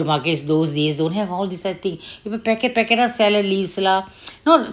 market those days don't have all this like things இப்பெ:ippe packet packet ah sell leaves lah